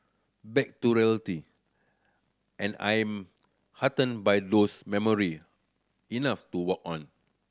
back to reality and I am heartened by those memory enough to walk on